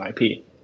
IP